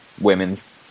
Women's